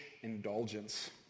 indulgence